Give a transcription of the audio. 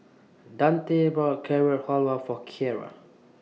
Dante bought Carrot Halwa For Kiara